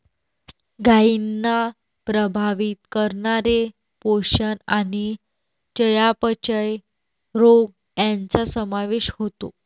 गायींना प्रभावित करणारे पोषण आणि चयापचय रोग यांचा समावेश होतो